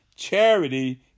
Charity